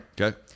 Okay